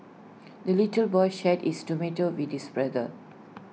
the little boy shared his tomato with his brother